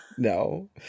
No